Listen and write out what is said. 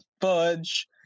fudge